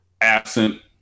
absent